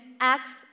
acts